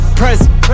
present